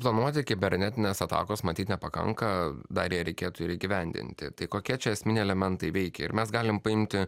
planuoti kibernetinės atakos matyt nepakanka dar ją reikėtų ir įgyvendinti tai kokie čia esminiai elementai veikia ir mes galim paimti